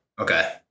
okay